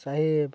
साहेब